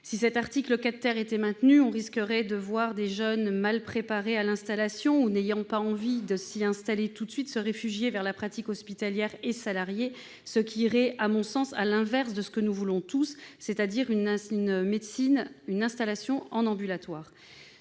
Si l'article 4 était maintenu, on risquerait de voir des jeunes mal préparés à l'installation ou n'ayant pas envie de s'installer tout de suite se réfugier vers la pratique hospitalière et salariée, ce qui irait à l'inverse de ce que nous voulons tous, à savoir davantage d'installations en ambulatoire.